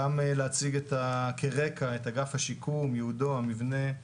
גם להציג כרקע את אגף השיקום, ייעודו, המבנה,